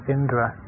Indra